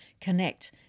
Connect